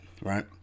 right